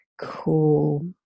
Cool